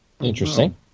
Interesting